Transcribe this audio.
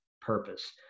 purpose